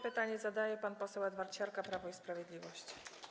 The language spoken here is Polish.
Pytanie zadaje pan poseł Edward Siarka, Prawo i Sprawiedliwość.